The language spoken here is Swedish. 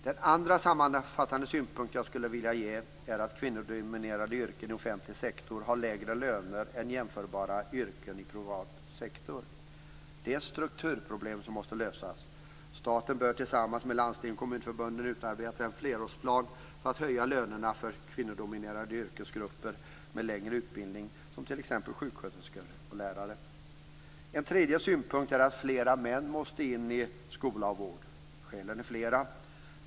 Den andra sammanfattande synpunkt jag skulle vilja ge är att det i kvinnodominerade yrken i offentlig sektor är lägre löner än i jämförbara yrken i privat sektor. Det är ett strukturproblem som måste lösas. Staten bör tillsammans med landstings och kommunförbunden utarbeta en flerårsplan för att höja lönerna för kvinnodominerade yrkesgrupper med längre utbildning, t.ex. sjuksköterskor och lärare. En tredje synpunkt är att fler män måste in i skola och vård. Skälen är flera.